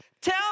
tell